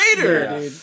later